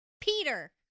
Peter